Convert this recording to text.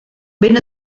ben